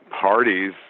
Parties